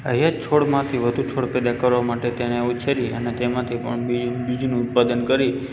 આ એક છોડમાંથી વધુ છોડ પેદા કરવા માટે તેને ઉછેરી અને તેમાંથી પણ બી બીજનું ઉત્પાદન કરી